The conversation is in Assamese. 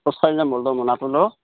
মোনাটো ল'